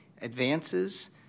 advances